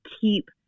keep